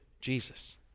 Jesus